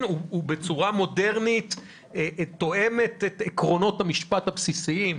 ובצורה מודרנית שתואמת את עקרונות המשפט הבסיסיים,